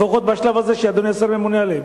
לפחות בשלב הזה שאדוני השר ממונה עליהם?